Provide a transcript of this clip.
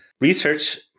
research